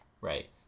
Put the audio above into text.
Right